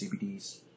CBDs